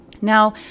Now